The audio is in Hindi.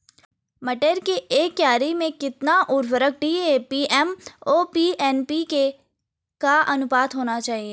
मटर की एक क्यारी में कितना उर्वरक डी.ए.पी एम.ओ.पी एन.पी.के का अनुपात होना चाहिए?